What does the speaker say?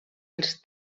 els